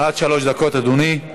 עד שלוש דקות, אדוני.